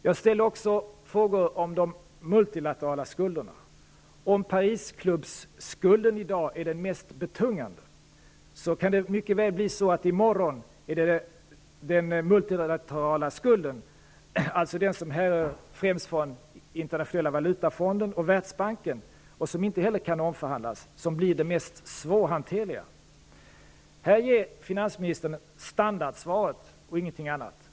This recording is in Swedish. Jag ställde också frågor om de multilaterala skulderna. Om Parisklubbsskulden i dag är den mest betungande, kan det mycket väl bli så att det i morgon är den multilaterala skulden, alltså den som härrör främst från Internationella valutafonden och Världsbanken, och som inte eller kan omförhandlas, som blir den mest svårhanterliga. Här ger finansministern standardsvaret och ingenting annat.